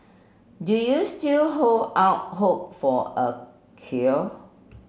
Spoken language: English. do you still hold out hope for a cure